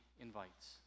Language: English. invites